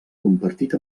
compartit